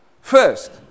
first